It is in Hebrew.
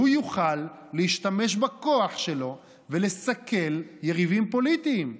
שהוא יוכל להשתמש בכוח שלו ולסכל יריבים פוליטיים,